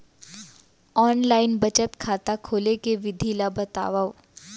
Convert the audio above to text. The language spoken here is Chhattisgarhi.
ऑनलाइन बचत खाता खोले के विधि ला बतावव?